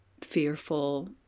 fearful